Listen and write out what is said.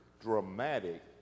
dramatic